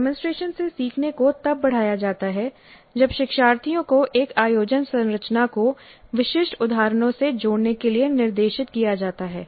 demonstration से सीखने को तब बढ़ाया जाता है जब शिक्षार्थियों को एक आयोजन संरचना को विशिष्ट उदाहरणों से जोड़ने के लिए निर्देशित किया जाता है